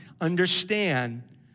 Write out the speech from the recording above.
understand